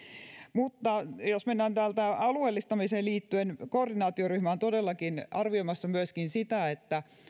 mutta jos mennään alueellistamiseen liittyen koordinaatioryhmä on todellakin arvioimassa myöskin sitä